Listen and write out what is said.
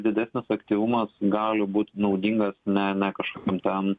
didesnis efektyvumas gali būti naudingas ne ne kažkokiam ten